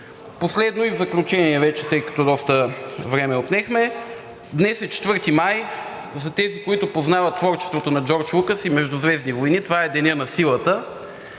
век. И в заключение вече, тъй като доста време отнехме, а днес е 4 май и за тези, които познават творчеството на Джордж Лукас и „Междузвездни войни“, това е Денят на силата.